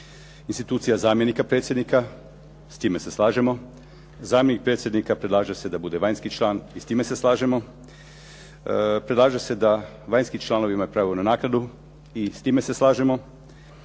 institucija zamjenika predsjednika, s time se slažemo, zamjenik predsjednika predlaže se da bude vanjski član, i s time se slažemo, predlaže se da vanjski članovi imaju pravo na naknadu, i s time se slažemo,